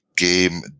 game